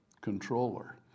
controller